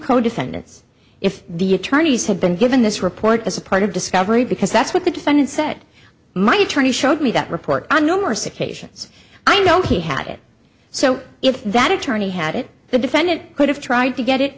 co defendants if the attorneys had been given this report as a part of discovery because that's what the defendant said my attorney showed me that report on numerous occasions i know he had it so if that attorney had it the defendant could have tried to get it